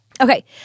Okay